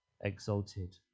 exalted